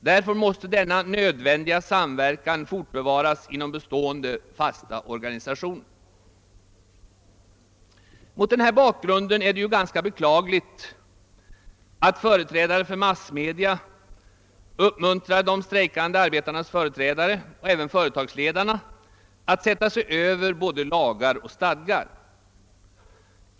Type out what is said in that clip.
Därför måste denna nöd vändiga samverkan fortbevaras inom bestående, fasta organisationer.» Mot denna bakgrund framstår det som synnerligen beklagligt att företrädare för massmedia uppmuntrar de strejkande arbetarnas företrädare liksom företagsledarna att sätta sig över både lagar och stadgar.